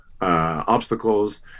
obstacles